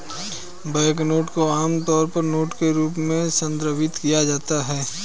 banknote को आमतौर पर नोट के रूप में संदर्भित किया जाता है